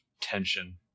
tension